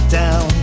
down